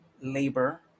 labor